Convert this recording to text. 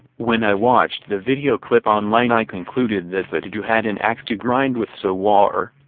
when i watched the video clip online i concluded that fatodu had an axe to grind with sowore.